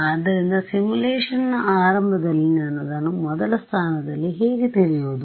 ಆದ್ದರಿಂದ ಸಿಮ್ಯುಲೇಶನ್ನ ಆರಂಭದಲ್ಲಿ ನಾನು ಅದನ್ನು ಮೊದಲ ಸ್ಥಾನದಲ್ಲಿ ಹೇಗೆ ತಿಳಿಯುವುದು